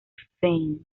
fame